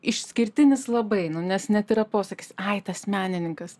išskirtinis labai nu nes net yra posakis ai tas menininkas